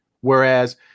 Whereas